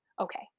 Okay